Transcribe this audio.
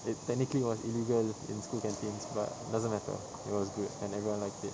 it technically was illegal in school canteens but it doesn't matter it was good and everyone liked it